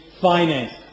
finance